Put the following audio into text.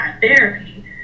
therapy